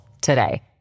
today